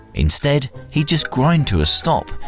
instead he'd just grind to a stop,